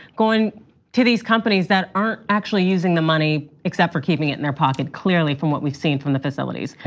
going to these companies that aren't actually using the money except for keeping it in their pocket. clearly from what we've seen from the facilities.